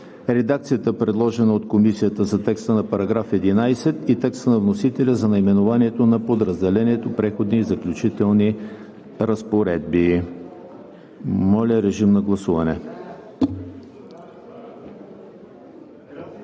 редакцията, предложена от Комисията за текста на § 11 и текста на вносителя за наименованието на подразделението – „Преходни и заключителни разпоредби“. Гласували